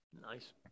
Nice